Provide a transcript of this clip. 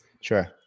Sure